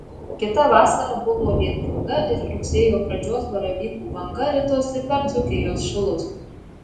kita vasara buvo lietinga ir rugsėjo pradžios baravykų banga ritosi per dzūkijos šilus